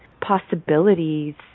possibilities